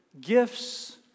gifts